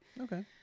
Okay